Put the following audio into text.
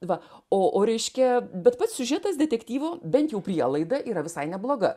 va o o reiškia bet pats siužetas detektyvo bent jau prielaida yra visai nebloga